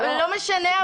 זה לא משנה,